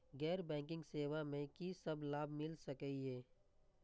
गैर बैंकिंग सेवा मैं कि सब लाभ मिल सकै ये?